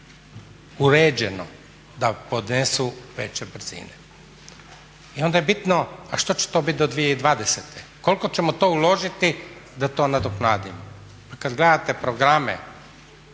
uređeno da podnesu veće brzine. I onda je bitno a što će to biti do 2020., koliko ćemo to uložiti da to nadoknadimo? A kada gledate programe